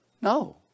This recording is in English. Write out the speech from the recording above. No